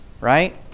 right